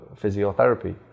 physiotherapy